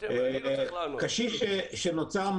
תקשיבו לו.